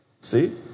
See